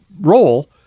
role